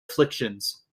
afflictions